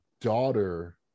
daughter